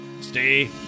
stay